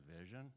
vision